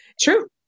True